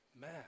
man